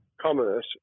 commerce